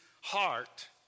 heart